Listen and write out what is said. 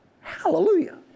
Hallelujah